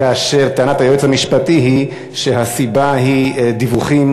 כאשר טענת היועץ המשפטי היא שהסיבה היא דיווחים,